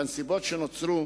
בנסיבות שנוצרו,